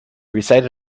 recited